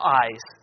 eyes